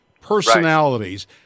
personalities